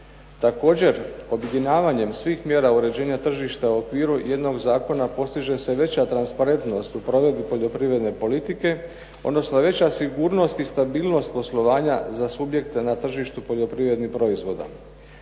da je objedinjavanje svih mjera uređenja tržišta u okviru jednog zakona, povećava transparentnost u ponudi provedbi poljoprivredne politike, a time sigurnost i stabilnost poslovanja za sve subjekte na tržištu poljoprivrednih proizvoda.